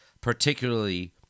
particularly